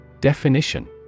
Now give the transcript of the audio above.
Definition